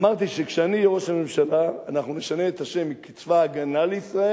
אמרתי שכשאני אהיה ראש הממשלה אנחנו נשנה את השם מצבא-הגנה לישראל